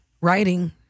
writing